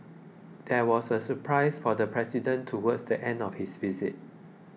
there was a surprise for the president towards the end of his visit